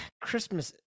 Christmas